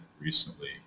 recently